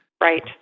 Right